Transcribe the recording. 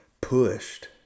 pushed